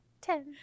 Ten